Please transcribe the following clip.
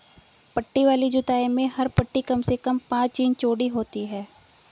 पट्टी वाली जुताई में हर पट्टी कम से कम पांच इंच चौड़ी होती है